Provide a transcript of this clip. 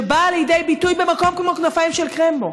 שבאה לידי ביטוי במקום כמו כנפיים של קרמבו.